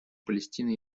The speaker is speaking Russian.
палестино